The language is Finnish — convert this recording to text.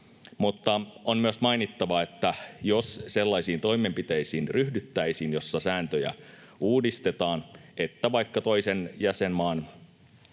Mutta on myös mainittava, että jos sellaisiin toimenpiteisiin ryhdyttäisiin, joissa sääntöjä uudistettaisiin, niin jos vaikka toisen jäsenmaan